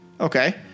Okay